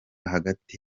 hagati